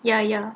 ya ya